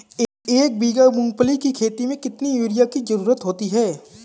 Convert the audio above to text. एक बीघा मूंगफली की खेती में कितनी यूरिया की ज़रुरत होती है?